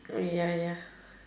ya ya